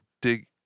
dig